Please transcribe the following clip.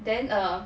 then err